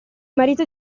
marito